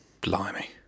Blimey